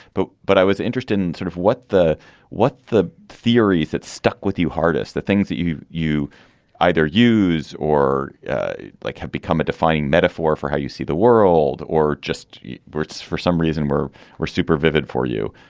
but but i was interested in sort of what the what the theory that stuck with you hardest, the things that you you either used or like have become a defining metaphor for how you see the world or just words. for some reason, we're were super vivid for you.